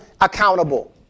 accountable